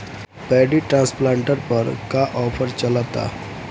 Paddy transplanter पर का offer चलता?